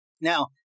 Now